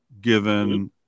given